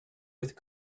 with